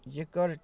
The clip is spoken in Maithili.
जकर